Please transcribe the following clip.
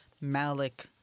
Malik